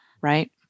Right